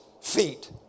feet